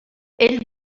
ell